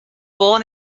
born